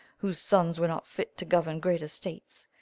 whose sons were not fit to govern great estates.